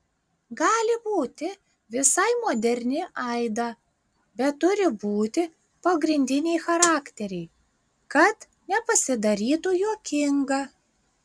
gali būti visai moderni aida bet turi būti pagrindiniai charakteriai kad nepasidarytų juokinga